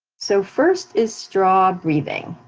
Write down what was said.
so first is straw breathing,